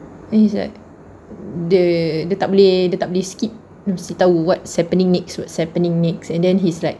he's like dia dia tak boleh dia tak boleh skip dia mesti tahu what's happening next what's happening next and then he's like